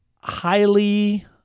highly